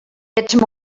ets